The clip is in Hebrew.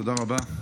תודה רבה.